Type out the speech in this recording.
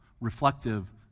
reflective